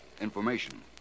Information